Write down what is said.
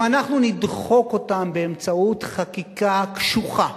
אם אנחנו נדחק אותם באמצעות חקיקה קשוחה